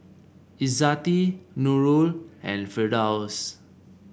Izzati Nurul and Firdaus